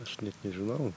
aš net nežinau